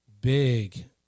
big